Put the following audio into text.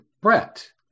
Brett